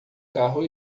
carro